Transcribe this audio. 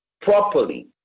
properly